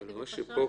וזו שאלה.